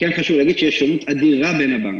כן חשוב להגיד שיש שונות אדירה בין הבנקים.